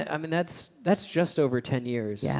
i mean that's that's just over ten years, yeah